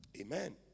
Amen